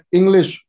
English